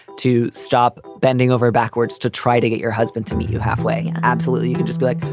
to stop bending over backwards to try to get your husband to meet you halfway. absolutely. you could just be like,